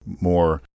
more